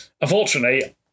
Unfortunately